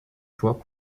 fois